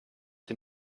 den